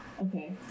Okay